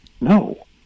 No